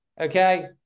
okay